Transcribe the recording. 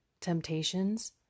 temptations